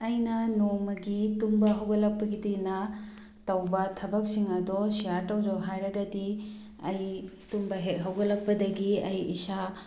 ꯑꯩꯅ ꯅꯣꯡꯃꯒꯤ ꯇꯨꯝꯕ ꯍꯧꯒꯠꯂꯛꯄꯗꯒꯤꯅ ꯇꯧꯕ ꯊꯕꯛꯁꯤꯡ ꯑꯗꯣ ꯁꯤꯌꯥꯔ ꯇꯧꯖꯧ ꯍꯥꯏꯔꯒꯗꯤ ꯑꯩ ꯇꯨꯝꯕ ꯍꯦꯛ ꯍꯧꯒꯠꯂꯛꯄꯗꯒꯤ ꯑꯩ ꯏꯁꯥ